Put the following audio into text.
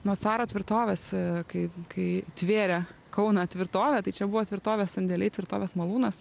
nuo caro tvirtovės kai kai tvėrė kauno tvirtovę tai čia buvo tvirtovės sandėliai tvirtovės malūnas